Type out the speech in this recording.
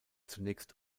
zunächst